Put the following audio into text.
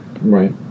Right